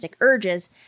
urges